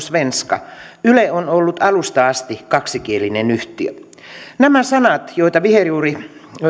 svenska yle on ollut alusta asti kaksikielinen yhtiö nämä sanat joita viherjuuri